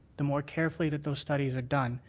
the more carefully that those studies are done.